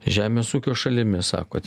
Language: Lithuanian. žemės ūkio šalimi sakot